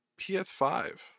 PS5